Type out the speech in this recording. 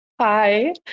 Hi